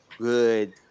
good